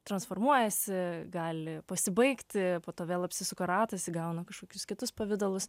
transformuojasi gali pasibaigti po to vėl apsisuka ratas įgauna kažkokius kitus pavidalus